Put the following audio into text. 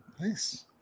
Nice